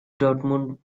dortmund